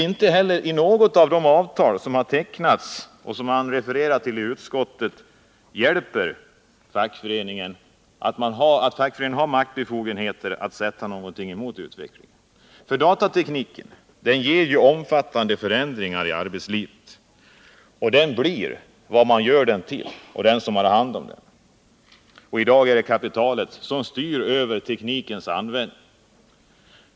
Inte heller några av de avtal som nu tecknats och som man refererar till i utskottsbetänkandet ger fackföreningen några maktbefogenheter så att man kan sätta någonting emot utvecklingen. Datatekniken medför omfattande förändringar i arbetslivet. Den blir vad de som han hand om den gör den till. Och i dag är det kapitalet som: styr över teknikens användning.